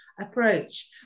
approach